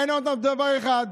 מעניין אותם רק דבר אחד: